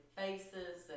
faces